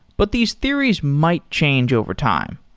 but these theories might change overtime.